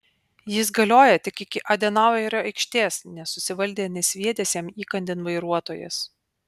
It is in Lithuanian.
jis galioja tik iki adenauerio aikštės nesusivaldė nesviedęs jam įkandin vairuotojas